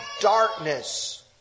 darkness